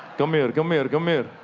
come here. come here. ah come here.